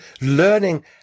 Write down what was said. learning